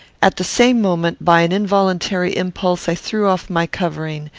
at the same moment, by an involuntary impulse, i threw off my covering,